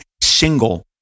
single